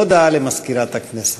הודעה למזכירת הכנסת.